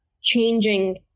changing